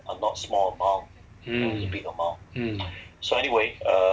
mm mm